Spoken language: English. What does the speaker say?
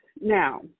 Now